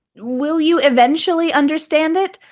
will you eventually understand it?